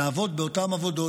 לעבוד באותן עבודות,